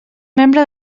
membre